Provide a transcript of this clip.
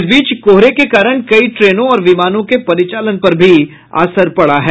इस बीच कोहरे के कारण कई ट्रेनों और विमानों के परिचालन पर भी असर पड़ा है